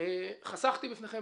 חסכתי מכם,